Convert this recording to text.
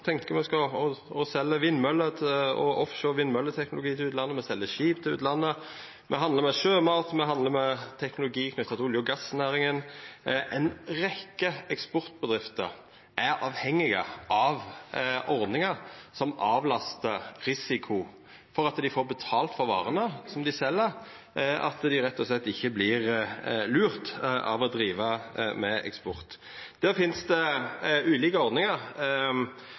og offshore vindmølleteknologi til utlandet, me sel skip til utlandet, me handlar med sjømat, me handlar med teknologi knytt til olje- og gassnæringa – ei rekkje eksportbedrifter er avhengige av ordningar som avlastar risikoen som knyter seg til om dei får betalt for varene dei sel, og at dei rett og slett ikkje vert lurte av å driva med eksport. Der finst det ulike ordningar.